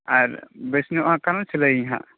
ᱟᱨ ᱵᱮᱥ ᱧᱚᱜ ᱱᱟᱜᱠᱷᱟᱱ ᱥᱤᱞᱟ ᱭᱟ ᱦᱟᱸᱜ